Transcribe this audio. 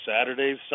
Saturdays